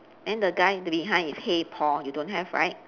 and the guy behind is hey Paul you don't have right